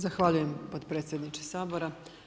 Zahvaljujem potpredsjedniče Sabora.